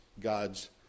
God's